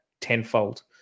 tenfold